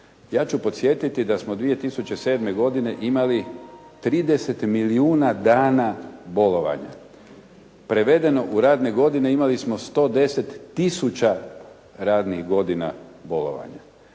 Ja ću podsjetiti da smo 2007. godine imali 30 milijuna dana bolovanja, prevedeno u radne godine imali smo 110 tisuća radnih godina bolovanja.